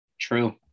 True